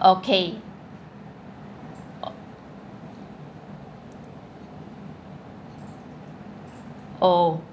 okay oh